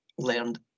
learned